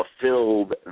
fulfilled